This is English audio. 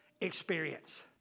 experience